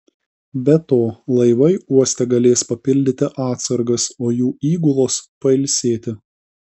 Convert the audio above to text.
be to laivai uoste galės papildyti atsargas o jų įgulos pailsėti